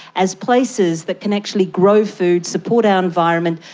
as places that can actually grow food, support our environment,